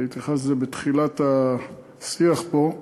התייחסתי לזה בתחילת השיח פה.